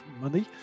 Money